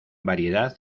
variedad